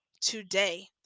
today